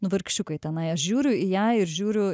nu vargšiukai tenai aš žiūriu į ją ir žiūriu